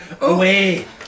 Away